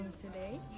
today